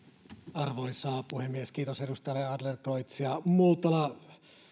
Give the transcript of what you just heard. arvoisa puhemies kiitos edustajille adlercreutz ja multala